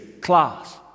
class